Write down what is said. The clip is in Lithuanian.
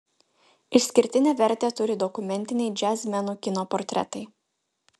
išskirtinę vertę turi dokumentiniai džiazmenų kino portretai